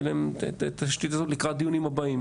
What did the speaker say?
יהיה להם את התשתית הזאת לקראת הדיונים הבאים.